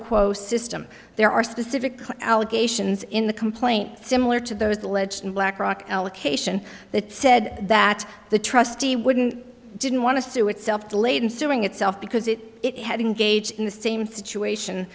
quo system there are specific allegations in the complaint similar to those alleged in blackrock allocation that said that the trustee wouldn't didn't want to sue itself laden suing itself because it had engaged in the same situation